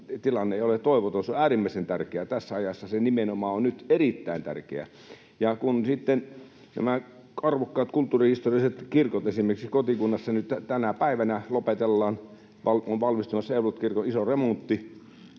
tilanne ei ole toivoton, on äärimmäisen tärkeää tässä ajassa. Nimenomaan se on nyt erittäin tärkeää. Ja sitten nämä arvokkaat kulttuurihistorialliset kirkot. Esimerkiksi kotikunnassani on tänä päivänä valmistumassa ev.-lut. kirkon iso remontti,